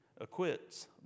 acquits